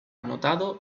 anotado